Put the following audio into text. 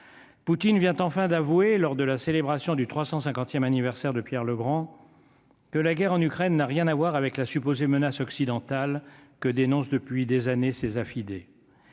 Poutine vient enfin d'avouer lors de la célébration du 300 50ème anniversaire de Pierre Legrand, que la guerre en Ukraine n'a rien à voir avec la supposée menace occidentale que dénoncent depuis des années ses affidés